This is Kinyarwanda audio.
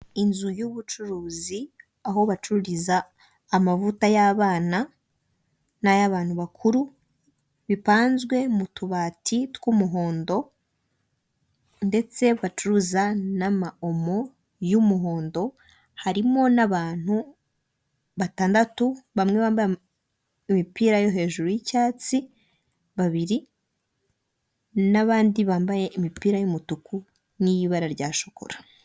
Inzu y'ubucuruzi bw'ibarizo aho babaza intebe mu bwoko bw'imbaho utumeza n'intebe zibajwe ziriho n'imyenda hari umuhanda wegeranye n'iyo nzu uwo muhanda uriho ikinyabiziga cya moto.